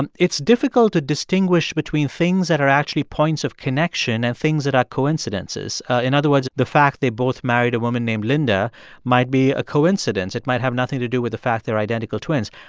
and it's difficult to distinguish between things that are actually points of connection and things that are coincidences. in other words, the fact they both married a woman named linda might be a coincidence. it might have nothing to do with the fact they're identical twins.